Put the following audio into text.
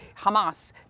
Hamas